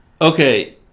okay